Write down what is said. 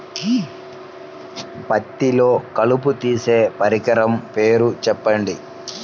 పత్తిలో కలుపు తీసే పరికరము పేరు చెప్పండి